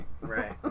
Right